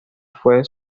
fue